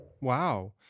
Wow